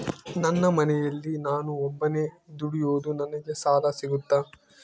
ನಮ್ಮ ಮನೆಯಲ್ಲಿ ನಾನು ಒಬ್ಬನೇ ದುಡಿಯೋದು ನನಗೆ ಸಾಲ ಸಿಗುತ್ತಾ?